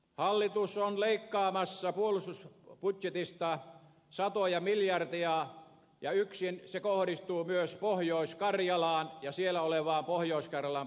hallitus on leikkaamassa puolustusbudjetista satoja miljoonia ja se kohdistuu myös pohjois karjalaan ja siellä olevaan pohjois karjalan prikaatiin